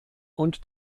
und